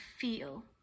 feel